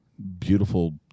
Beautiful